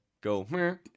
go